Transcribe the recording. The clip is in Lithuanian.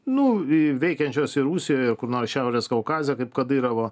nu veikiančios ir rusijoje kur nors šiaurės kaukazo kaip kadyrovo